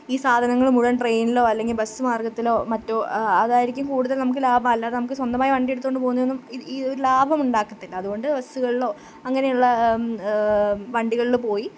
ഈ സാധനങ്ങൾ മുഴുവൻ ട്രെയിനിലോ അല്ലെങ്കിൽ ബസ്സ് മാർഗത്തിലൊ മറ്റൊ അതായിരിക്കും കൂടുതൽ നമുക്ക് ലാഭം അല്ലാതെ നമുക്ക് സ്വന്തമായി വണ്ടിയെടുത്തുകൊണ്ട് പോകുന്നയൊന്നും ഇത് ഈയൊരു ലാഭമുണ്ടാക്കത്തില്ല അതുകൊണ്ട് ബസ്സുകളിലോ അങ്ങനെയുള്ള വണ്ടികളിൽ പോയി